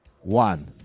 one